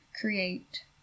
create